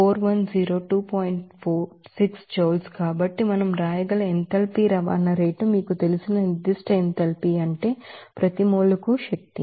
46 joules కాబట్టి మనం రాయగల ఎంథాల్పీ రవాణా రేటు మీకు తెలిసిన నిర్దిష్ట ఎంథాల్పీ అంటే ప్రతి మోల్ కు శక్తి